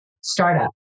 startup